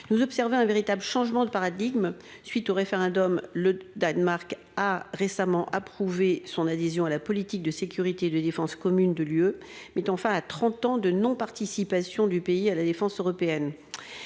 nous observer un véritable changement de paradigme. Suite au référendum. Le Danemark a récemment approuvé son adhésion à la politique de sécurité et de défense commune de l'UE, mettant fin à 30 ans de non participation du pays à la défense européenne.